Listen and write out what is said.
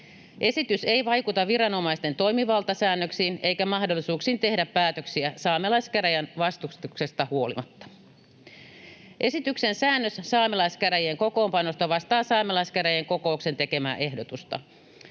Esitys ei vaikuta viranomaisten toimivaltasäännöksiin eikä mahdollisuuksiin tehdä päätöksiä saamelaiskäräjien vastustuksesta huolimatta. Esityksen säännös saamelaiskäräjien kokoonpanosta vastaa saamelaiskäräjien kokouksen tekemää ehdotusta.